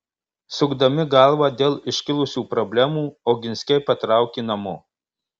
sukdami galvą dėl iškilusių problemų oginskiai patraukė namo